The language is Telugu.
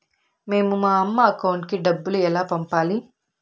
మేము మా అమ్మ అకౌంట్ కి డబ్బులు ఎలా పంపాలి